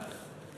אתה